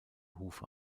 hufe